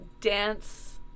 dance